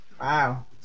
Wow